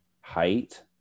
height